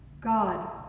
God